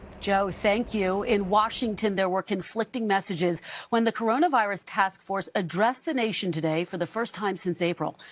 joe, thank you. in washington, there were conflicting messages when the coronavirus task force addressed the nation today for the first time since april.